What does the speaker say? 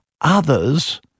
Others